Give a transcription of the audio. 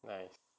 nice